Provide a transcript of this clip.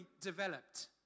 developed